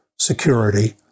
security